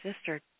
sister